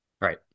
Right